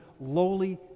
lowly